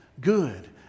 good